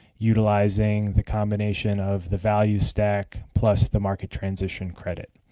utilizing the combination of the value stack plus the market transition credit.